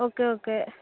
okay okay